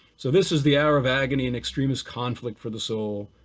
so this is the hour of agony and extremist conflict for the soul,